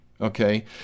okay